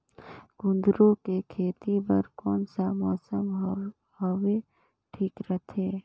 कुंदूरु के खेती बर कौन सा मौसम हवे ठीक रथे?